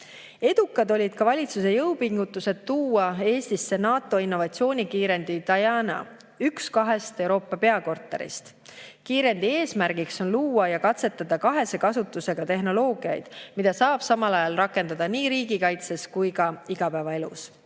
Edukad olid ka valitsuse jõupingutused tuua Eestisse üks kahest NATO innovatsioonikiirendi DIANA Euroopa peakorterist. Kiirendi eesmärk on luua ja katsetada kahese kasutusega tehnoloogiaid, mida saab samal ajal rakendada nii riigikaitses kui ka igapäevaelus.